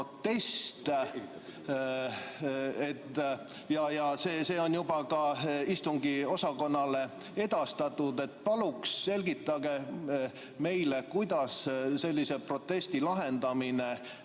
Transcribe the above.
See on juba ka istungiosakonnale edastatud. Palun selgitage meile, kuidas sellise protesti lahendamine